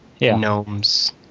gnomes